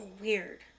weird